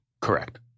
Correct